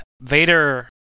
Vader